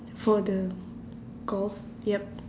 for the golf yup